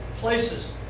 places